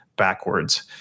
backwards